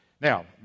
Now